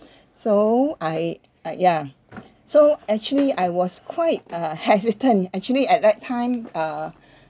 so I uh ya so actually I was quite uh hesitant actually at that time uh